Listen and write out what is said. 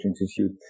institute